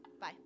Bye